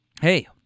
hey